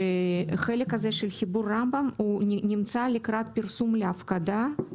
שהחלק הזה של חיבור רמב"ם נמצא לקראת פרסום להפקדה.